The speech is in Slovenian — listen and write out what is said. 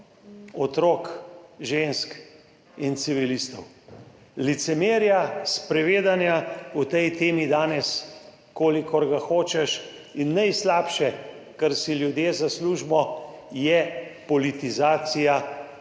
otrok, žensk in civilistov? Licemerja, sprenevedanja o tej temi je danes kolikor ga hočeš in najslabše, kar si ljudje zaslužimo, je politizacija vprašanj,